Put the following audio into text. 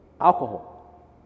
alcohol